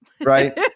Right